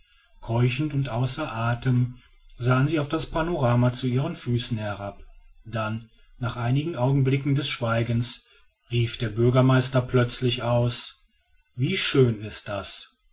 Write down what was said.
keuchend und außer athem sahen sie auf das panorama zu ihren füßen herab dann nach einigen augenblicken des schweigens rief der bürgermeister plötzlich aus wie schön ist das